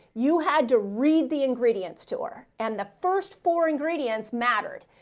you had to read the ingredients to her. and the first four ingredients mattered.